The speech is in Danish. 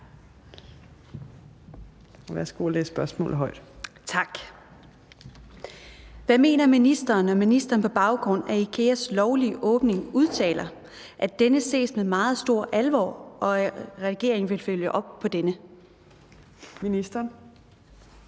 Hvad mener ministeren, når ministeren på baggrund af IKEAs lovlige åbning udtaler, at denne ses med »meget stor alvor«, og at regeringen »vil følge op på denne«?